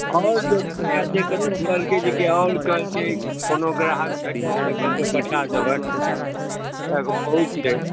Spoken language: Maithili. आओर देखबै जे कतहुँ कहलकै जेकि आओर कहलकै कतहुँ कोनो ग्राहक भेटै तऽ कहलकै पठा देबनि किआ तऽ बहुत छै